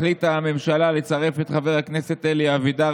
החליטה הממשלה לצרף את חבר הכנסת אלי אבידר